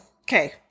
Okay